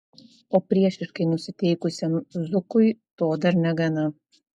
o priešiškai nusiteikusiam zukui to dar negana